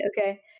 okay